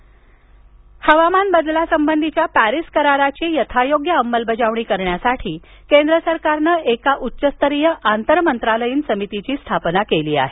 Paris करार हवामानबदलासंबंधीच्या Paris कराराची यथायोग्यअंमलबजावणी करण्यासाठी केंद्र सरकारनं एक उच्च स्तरीय आंतर मंत्रालयीन समितीची स्थापना केली आहे